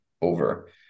over